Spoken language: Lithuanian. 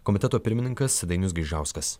komiteto pirmininkas dainius gaižauskas